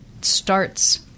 starts